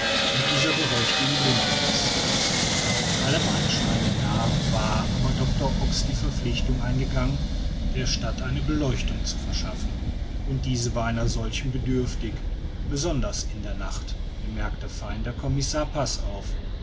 und dieser gehorchte ihm blindlings allem anscheine nach war aber doctor ox die verpflichtung eingegangen der stadt eine beleuchtung zu verschaffen und diese war einer solchen bedürftig besonders in der nacht bemerkte fein der commissar passauf